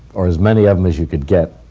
or as many of them as you could get,